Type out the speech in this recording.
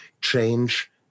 change